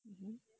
mmhmm